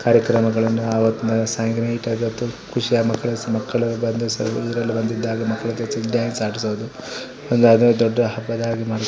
ಕಾರ್ಯಕ್ರಮಗಳನ್ನು ಅವತ್ತು ಸಾಯಂಕ ನೈಟದ ಹೊತ್ತು ಖುಷಿಯಾಗಿ ಮಕ್ಕಳು ಮಕ್ಕಳು ಬಂದು ಸೆ ಇವರೆಲ್ಲ ಬಂದಿದ್ದಾಗ ಮಕ್ಕಳ ಜೊತೆ ಡ್ಯಾನ್ಸ್ ಆಡ್ಸೋದು ಒಂದು ಅದೇ ದೊಡ್ಡ ಹಬ್ಬದ ಹಾಗೆ ಮಾಡುತಾ